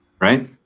right